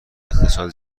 اقتصاد